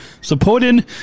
supporting